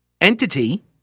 entity